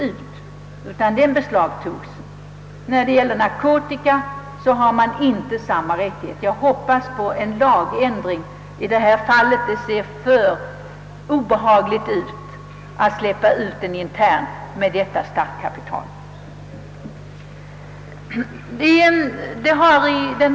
Man har emellertid inte samma möjligheter att beslagta narkotika, och jag hoppas därför på en lagändring. Det ser verkligen för obehagligt ut att interner släpps med ctt startkapital av detta slag.